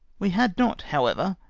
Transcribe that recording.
we had not, however,